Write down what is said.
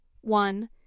One